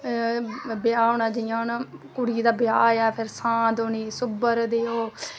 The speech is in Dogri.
ब्याह् होना जियां हून कुड़ी दा ब्याह् होआ फिर सांत होनी सुब्बर देओ